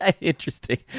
Interesting